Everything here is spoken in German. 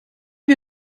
wir